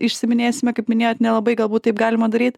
išsiiminėsime kaip minėjot nelabai galbūt taip galima daryt